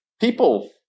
people